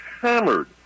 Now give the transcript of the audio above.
hammered